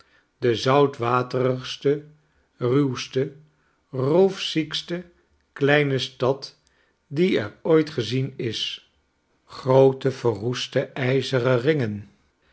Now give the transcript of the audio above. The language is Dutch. de zoutwaterigste ruwste roofziekste kleine stad die er ooit gezien is groote verroeste ijzeren ringen